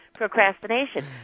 procrastination